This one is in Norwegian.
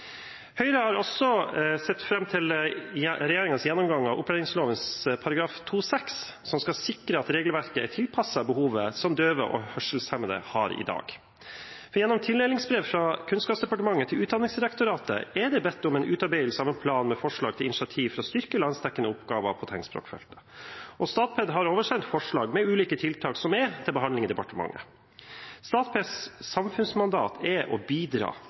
Høyre har også sett fram til regjeringens gjennomgang av opplæringsloven § 2-6, som skal sikre at regelverket er tilpasset behovet som døve og hørselshemmede har i dag. Gjennom tildelingsbrev fra Kunnskapsdepartementet til Utdanningsdirektoratet er det bedt om en utarbeidelse av en plan med forslag til initiativ for å styrke landsdekkende oppgaver på tegnspråkfeltet. Og Statped har oversendt forslag med ulike tiltak som er til behandling i departementet. Statpeds samfunnsmandat er å bidra